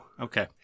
Okay